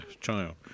child